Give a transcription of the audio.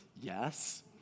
yes